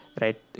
right